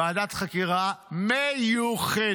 ועדת חקירה מיוחדת.